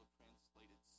translated